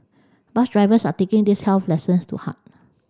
bus drivers are taking these health lessons to heart